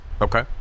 Okay